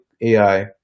AI